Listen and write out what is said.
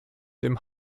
dem